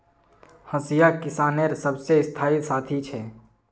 हंसिया किसानेर सबसे स्थाई साथी छे